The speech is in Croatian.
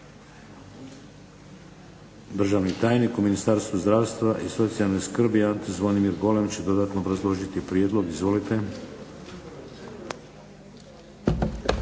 Državni tajnik u Ministarstvu zdravstva i socijalne skrbi Antun Zvonimir Golem će dodatno obrazložiti prijedlog. **Golem,